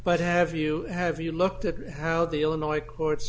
but have you have you looked at how the illinois courts